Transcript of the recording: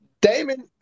Damon